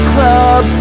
Club